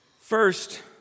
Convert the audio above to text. First